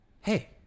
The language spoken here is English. hey